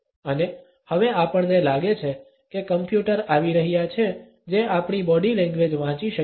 અને હવે આપણને લાગે છે કે કમ્પ્યુટર આવી રહ્યા છે જે આપણી બોડી લેંગ્વેજ વાંચી શકે છે